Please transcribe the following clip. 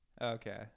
okay